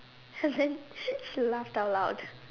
and then she laughed out loud